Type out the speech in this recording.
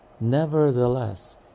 nevertheless